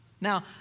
Now